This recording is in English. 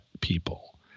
people